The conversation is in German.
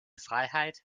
freiheit